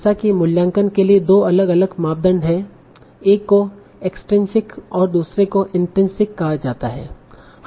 जैसे कि मूल्यांकन के लिए दो अलग अलग मापदंड हैं एक को एक्सट्रिनसिक और दूसरे को इनट्रिनसिक कहा जाता है